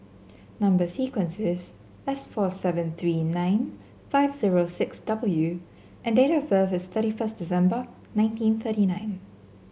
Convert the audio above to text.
number sequence is S four seven three nine five zero six W and date of birth is thirty first December nineteen thirty nine